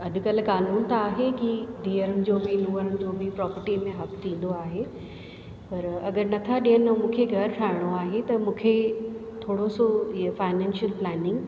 अॼु कल्ह कानून त आहे कि धीअरुनि जो बि नूंहंरुनि जो बि प्रोपर्टी में हक़ थींदो आहे पर अगरि नथा ॾियनि ऐं मूंखे घर ठाहिणो आहे त मूंखे थोरो सो ईअं फाइनैनशियल प्लेनिंग